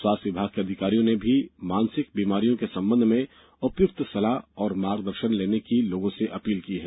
स्वास्थ विभाग के अधिकारियों ने भी मानसिक बीमारियों के संबंध में उपयुक्त सलाह और मार्गदर्शन लेने की लोगों से अपील की है